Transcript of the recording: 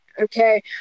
Okay